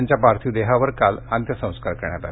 त्यांच्या पार्थिव देहावर काल अंत्यसंस्कार करण्यात आले